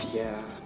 yeah,